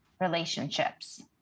relationships